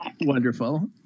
wonderful